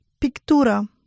Pictura